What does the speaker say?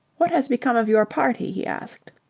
what has become of your party? he asked.